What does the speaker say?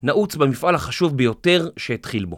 נעוץ במפעל החשוב ביותר שהתחיל בו